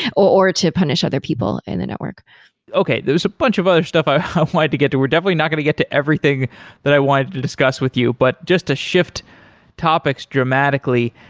or or to punish other people in the network okay, there's a bunch of other stuff i wanted to get to. we're definitely not going to get to everything that i wanted to discuss with you, but just to shift topics dramatically,